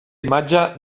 imatge